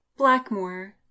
Blackmore